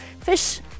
fish